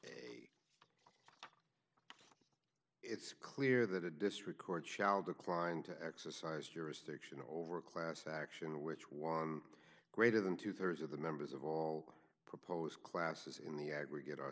four it's clear that a district court shall decline to exercise jurisdiction over a class action which one greater than two thirds of the members of all proposed classes in the aggregate